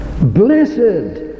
Blessed